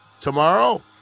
Tomorrow